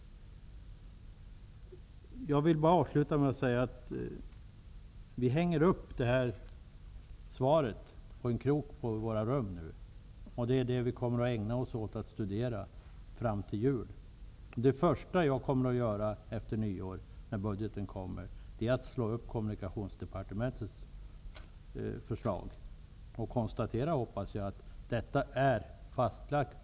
Avslutningsvis vill jag tala om att vi tänker hänga upp det här svaret på en krok i våra rum. Vi kommer att ägna oss åt att studera det fram till jul. Det första jag kommer att göra efter nyår, när budgeten har kommit, är att slå upp kommunikationsdepartementets förslag för att konstatera -- hoppas jag -- att detta är fastslaget.